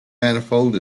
manifold